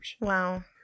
Wow